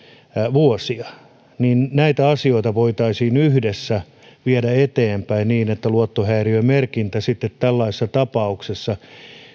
vuosia velan tultua maksettuakin ja näitä asioita voitaisiin yhdessä viedä eteenpäin niin että luottohäiriömerkintä sitten tällaisessa tapauksessa